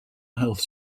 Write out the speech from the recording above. health